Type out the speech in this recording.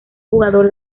jugador